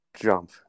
jump